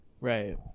right